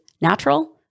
natural